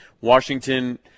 Washington